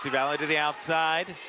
valley to the outside.